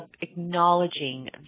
acknowledging